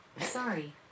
Sorry